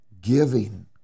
giving